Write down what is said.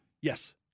Yes